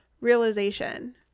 realization